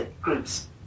groups